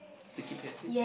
to keep healthy